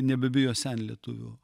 nebebijo senlietuvių